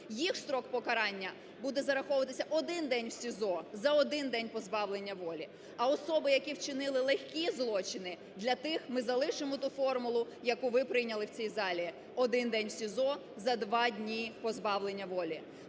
їх строк покарання буде зараховуватися один день в СІЗО за один день позбавлення волі. А особи, які вчинили легкі злочини, для тих ми залишимо ту формулу, яку ви прийняли в цій залі: один день в СІЗО за два дні позбавлення волі.